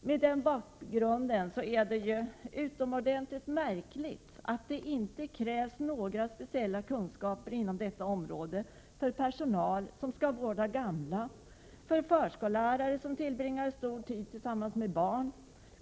Mot denna bakgrund är det utomordentligt märkligt att det inte krävs några speciella kunskaper inom detta område för personal som skall vårda gamla och för förskollärare, som tillbringar stor tid tillsammans med barn.